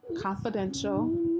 confidential